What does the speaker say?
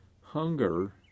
Hunger